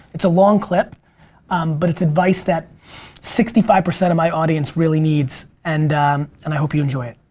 it's a long clip but it's advice that sixty five percent of my audience really needs and and i hope you enjoy it.